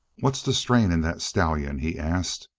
what's the strain in that stallion? he asked.